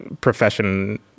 profession